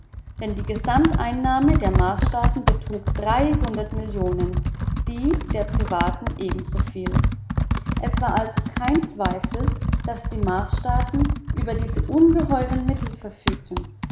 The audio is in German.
denn die gesamteinnahme der marsstaaten betrug millionen die der privaten ebensoviel es war also kein zweifel daß die marsstaaten über diese ungeheuren mittel verfügten